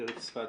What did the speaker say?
שריף ספדי.